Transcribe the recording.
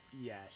yes